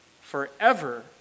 forever